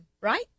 right